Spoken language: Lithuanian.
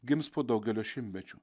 gims po daugelio šimtmečių